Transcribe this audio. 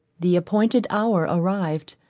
the appointed hour arrived.